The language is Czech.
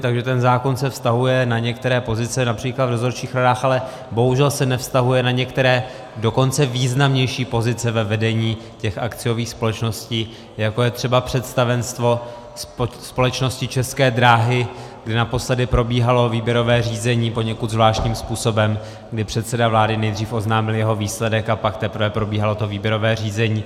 Takže ten zákon se vztahuje na některé pozice, například v dozorčích radách, ale bohužel se nevztahuje na některé dokonce významnější pozice ve vedení těch akciových společností, jako je třeba představenstvo společnosti České dráhy, kdy naposledy probíhalo výběrové řízení poněkud zvláštním způsobem, kdy předseda vlády nejdřív oznámil jeho výsledek, a pak teprve probíhalo to výběrové řízení.